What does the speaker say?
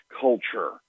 culture